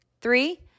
three